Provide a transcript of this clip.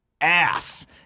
ass